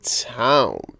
town